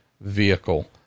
vehicle